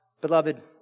beloved